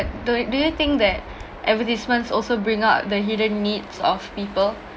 do do you think that advertisements also bring up the hidden needs of people